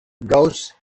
ghosts